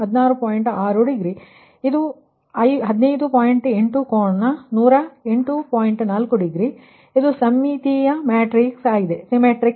4 degree ಇದು ಸಮ್ಮಿತೀಯ matrix symmetric matrix